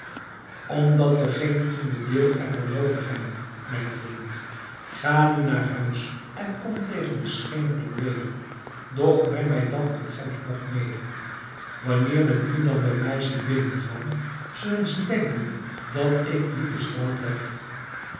omdat we geen tiende deel er van noodig hebben mijn vriend ga nu naar huis en kom tegen de schemering weder doch breng mij dan een gemsbok mede wanneer men u dan bij mij ziet binnengaan zullen ze denken dat ik dien besteld heb